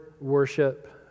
worship